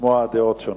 לשמוע דעות שונות.